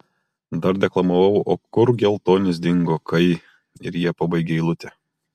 dar deklamavau o kur geltonis dingo kai ir jie pabaigė eilutę